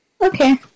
Okay